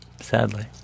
sadly